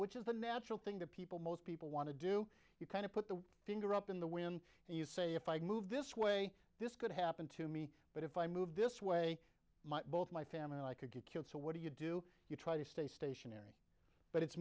which is the natural thing that people most people want to do you kind of put the finger up in the wind and you say if i move this way this could happen to me but if i move this way might both my family and i could get killed so what do you do you try to stay stationary but it's